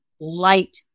light